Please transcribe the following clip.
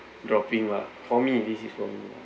dropping lah for me this is for me